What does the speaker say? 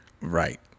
Right